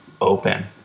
open